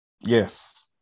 Yes